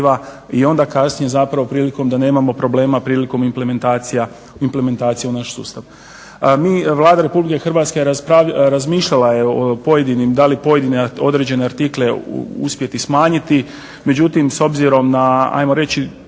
i onda kasnije zapravo prilikom da nemamo problema prilikom implementacija u naš sustav. Mi, Vlada Republike Hrvatske je razmišljala o pojedinim, da li pojedine određene artikle uspjeti smanjiti, međutim s obzirom na ajmo reći